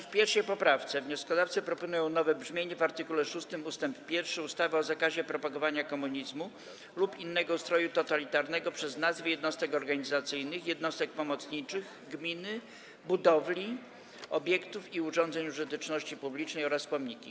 W 1. poprawce wnioskodawcy proponują nowe brzmienie ust. 1 w art. 6 ustawy o zakazie propagowania komunizmu lub innego ustroju totalitarnego przez nazwy jednostek organizacyjnych, jednostek pomocniczych gminy, budowli, obiektów i urządzeń użyteczności publicznej oraz pomniki.